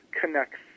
connects